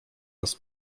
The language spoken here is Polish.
raz